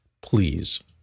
Please